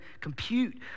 compute